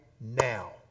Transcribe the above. now